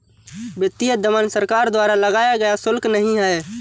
वित्तीय दमन सरकार द्वारा लगाया गया शुल्क नहीं है